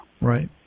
Right